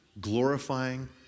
glorifying